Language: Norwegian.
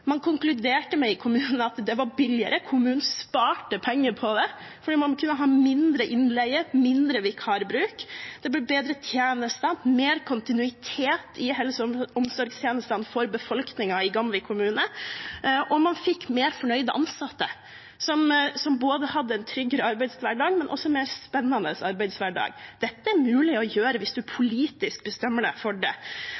Man konkluderte i kommunen med at det var billigere, kommunen sparte penger på det fordi man kunne ha mindre innleie, mindre vikarbruk. Det ble bedre tjenester, mer kontinuitet i helse- og omsorgstjenestene for befolkningen i Gamvik kommune, og man fikk mer fornøyde ansatte som både fikk en tryggere arbeidshverdag og en mer spennende arbeidshverdag. Dette er det mulig å gjøre hvis